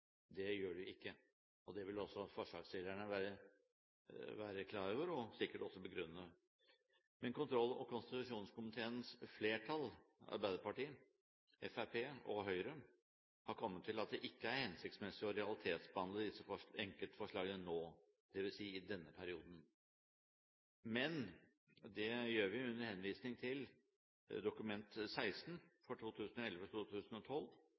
Det gjør det ikke. Det vil også forslagsstillerne være klar over og sikkert også begrunne. Kontroll- og konstitusjonskomiteens flertall – Arbeiderpartiet, Fremskrittspartiet og Høyre – har kommet til at det ikke er hensiktsmessig å realitetsbehandle disse enkeltforslagene nå, dvs. i denne perioden. Det gjør vi under henvisning til Dokument nr. 16